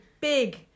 big